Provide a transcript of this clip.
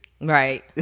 right